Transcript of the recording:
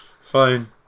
fine